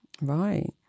Right